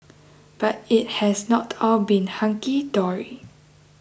but it has not all been hunky dory